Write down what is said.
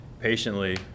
patiently